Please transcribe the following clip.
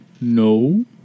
No